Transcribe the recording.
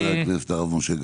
וגם של חבר הכנסת הרב משה גפני.